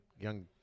young